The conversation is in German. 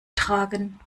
tragen